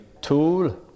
tool